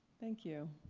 thank you.